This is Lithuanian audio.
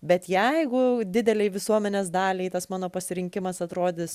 bet jeigu didelei visuomenės daliai tas mano pasirinkimas atrodys